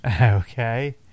Okay